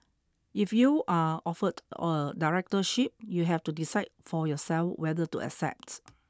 if you are offered a directorship you have to decide for yourself whether to accept